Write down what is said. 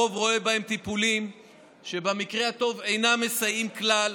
הרוב רואה בהם טיפולים שבמקרה הטוב אינם מסייעים כלל